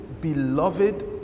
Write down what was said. beloved